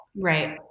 Right